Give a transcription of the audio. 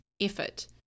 effort